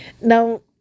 Now